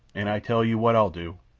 an' i tell you what i'll do.